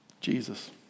Jesus